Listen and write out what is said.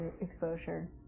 exposure